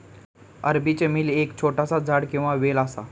अरबी चमेली एक छोटासा झाड किंवा वेल असा